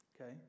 Okay